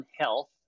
health